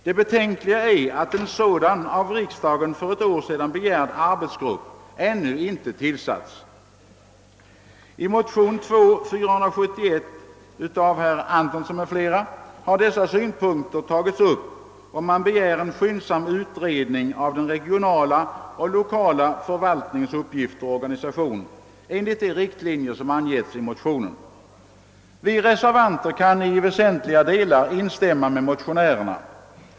— Det betänkliga är att denna av riksdagen för ett år sedan begärda arbetsgrupp ännu inte tillsatts. Vi reservanter kan i väsentliga delar instämma med motionärerna.